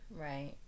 right